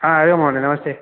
हा हरि ओं महोदय नमस्ते